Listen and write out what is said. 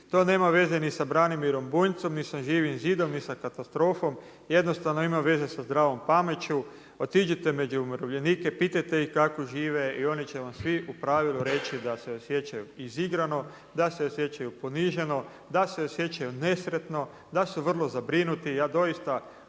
To nema veze ni sa Branimirom Bunjcom, ni sa Živim zidom, ni sa katastrofom, jednostavno ima veze sa zdravom pameću. Otiđite među umirovljenike, pitajte ih kako žive i oni će vam svi u pravilu reći da se osjećaju izigrano, da se osjećaju poniženo, da se osjećaju nesretno, da su vrlo zabrinuti,